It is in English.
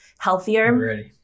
Healthier